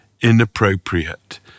inappropriate